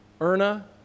Erna